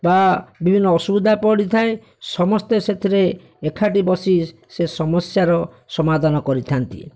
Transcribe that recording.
ବା ବିଭିନ୍ନ ଅସୁବିଧା ପଡ଼ିଥାଏ ସମସ୍ତେ ସେଥିରେ ଏକାଠି ବସି ସେ ସମସ୍ୟାର ସମାଧାନ କରିଥାନ୍ତି